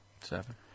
Seven